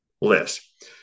list